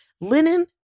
linen